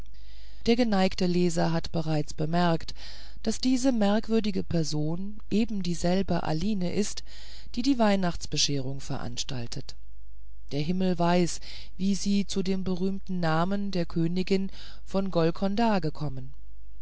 der geneigte leser hat bereits bemerkt daß diese merkwürdige person ebendieselbe aline ist die die weihnachtsbescherung veranstaltet der himmel weiß wie sie zu dem berühmten namen der königin von golkonda gekommen